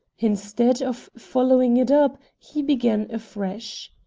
instead of following it up he began afresh.